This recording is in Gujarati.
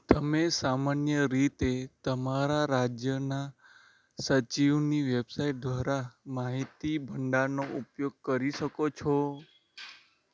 તમે સામાન્ય રીતે તમારા રાજ્યના સચિવની વેબસાઇટ દ્વારા માહિતી ભંડારનો ઉપયોગ કરી શકો છો